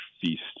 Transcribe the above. Feast